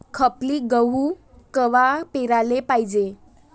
खपली गहू कवा पेराले पायजे?